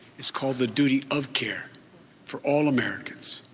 it's called the duty of care for all americans.